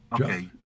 Okay